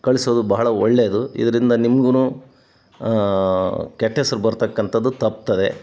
ಕಳಿಸೋದು ಬಹಳ ಒಳ್ಳೇದು ಇದರಿಂದ ನಿಮಗೂ ಕೆಟ್ಟ ಹೆಸರು ಬರತಕ್ಕಂಥದ್ದು ತಪ್ತದೆ